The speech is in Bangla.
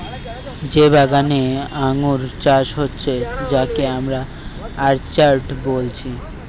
যে বাগানে আঙ্গুর চাষ হচ্ছে যাকে আমরা অর্চার্ড বলছি